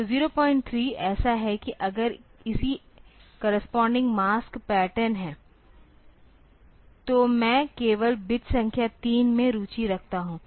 तो 03 ऐसा है कि अगर इसी करेस्पोंडिंग मास्क पैटर्न है तो मैं केवल बिट संख्या 3 में रुचि रखता हूं